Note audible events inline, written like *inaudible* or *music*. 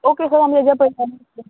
okay sir आनी *unintelligible*